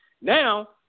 Now